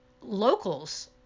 locals